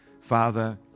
Father